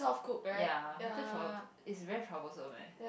ya I too trouble~ is very troublesome leh